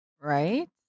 right